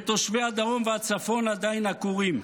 ותושבי הדרום והצפון עדיין עקורים,